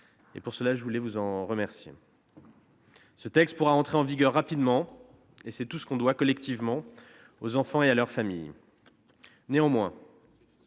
conforme. Je les en remercie. Le texte pourra entrer en vigueur rapidement. C'est tout ce que l'on doit collectivement aux enfants et à leurs familles. Néanmoins,